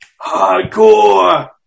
Hardcore